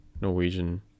Norwegian